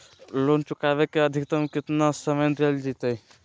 Loan चुकाबे के अधिकतम केतना समय डेल जयते?